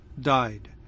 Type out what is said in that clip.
died